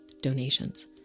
donations